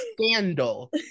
scandal